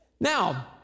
Now